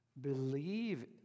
believe